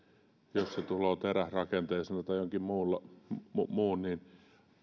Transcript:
jos se tulee teräsrakenteisena tai jonakin muuna niin